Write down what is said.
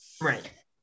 Right